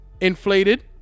Inflated